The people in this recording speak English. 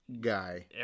guy